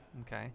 Okay